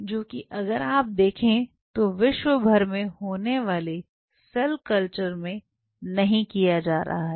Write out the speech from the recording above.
जो कि अगर आप देखें तो विश्व भर में होने वाले सेल कल्चर में नहीं किया जा रहा है